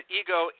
ego